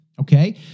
Okay